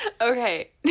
Okay